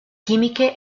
chimiche